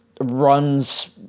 Runs